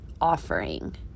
offering